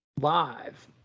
live